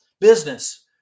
business